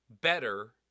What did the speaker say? better